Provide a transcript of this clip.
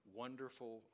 wonderful